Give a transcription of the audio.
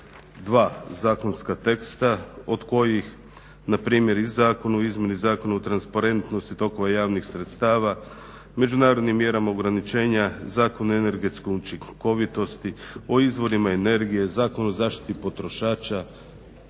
42 zakonska teksta od kojih, npr. i Zakon o izmjeni zakona o transparentnosti tokova javnih sredstava, međunarodnim mjerama ograničenja, Zakon o energetskoj učinkovitosti, o izvorima energije, Zakon o zaštiti potrošača,